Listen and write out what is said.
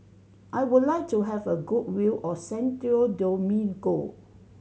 I would like to have a good view of Santo Domingo